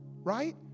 right